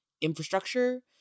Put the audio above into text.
infrastructure